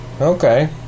Okay